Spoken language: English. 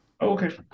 Okay